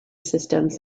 systems